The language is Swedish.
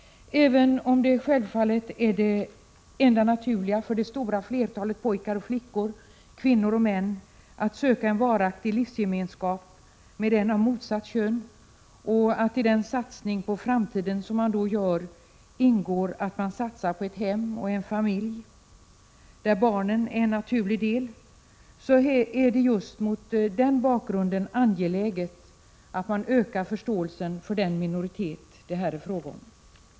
Även om det självfallet är det enda naturliga för det stora flertalet pojkar och flickor, kvinnor och män att söka en varaktig livsgemenskap med en person av motsatt kön och att det ingår hem och en familj, där barnen är en naturlig del, i den satsning på framtiden som man då gör, så är det just mot den bakgrunden angeläget att öka förståelsen för den minoritet det här är fråga om.